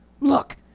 Look